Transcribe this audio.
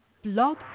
Blog